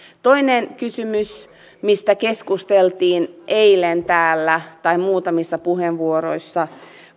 toinen kysymys mistä keskusteltiin eilen täällä tai mistä muutamissa puheenvuoroissa